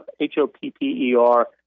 H-O-P-P-E-R